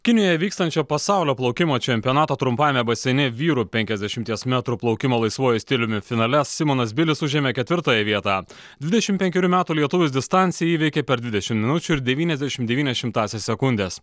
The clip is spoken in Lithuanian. kinijoje vykstančio pasaulio plaukimo čempionato trumpajame baseine vyrų penkiasdešimties metrų plaukimo laisvuoju stiliumi finale simonas bilis užėmė ketvirtąją vietą dvidešim penkerių metų lietuvis distanciją įveikė per dvidešim minučių ir devyniasdešim devynias šimtąsias sekundės